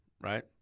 right